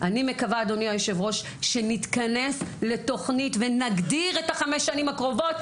אני מקווה שנתכנס לתוך תוכנית ונגדיר את חמש השנים הקרובות,